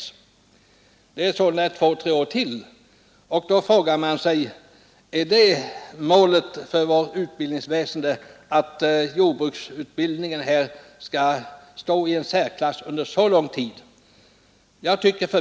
Det betyder sålunda två tre år till. Då kan vi ställa frågan: Är det målet för vårt utbildningsväsen att jordbruksutbildningen skall stå i en särklass under så lång tid?